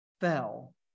fell